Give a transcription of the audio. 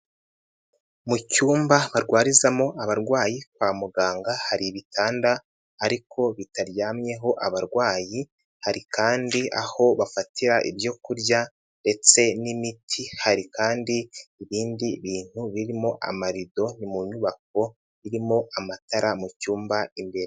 Mu cyumba barwarizamo abarwayi kwa muganga hari ibitanda ariko bitaryamyeho abarwayi, hari kandi aho bafatira ibyo kurya ndetse n'imiti, hari kandi ibindi bintu birimo amarido ni mu nyubako irimo amatara mu cyumba imbere.